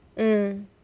mm